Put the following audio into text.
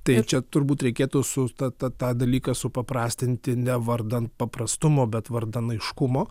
tai čia turbūt reikėtų su ta tą dalyką supaprastinti ne vardan paprastumo bet vardan aiškumo